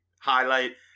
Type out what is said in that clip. highlight